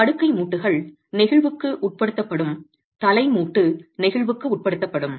படுக்கை மூட்டுகள் நெகிழ்வுக்கு உட்படுத்தப்படும் தலை மூட்டு நெகிழ்வுக்கு உட்படுத்தப்படும்